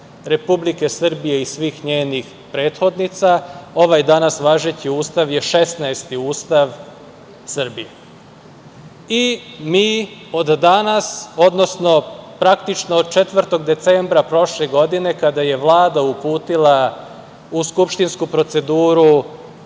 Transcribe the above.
Republike Srbije i svih njenih prethodnica ovaj danas važeći Ustav je šesnaesti Ustav Srbije. Od danas, odnosno od praktično od 4. decembra prošle godine kada je Vlada uputila u skupštinsku proceduru